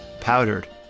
powdered